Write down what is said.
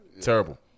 Terrible